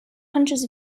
hundreds